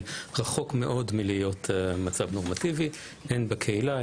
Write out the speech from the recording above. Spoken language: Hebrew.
רחוק מאוד מלהיות מצב נורמטיבי הן בקהילה,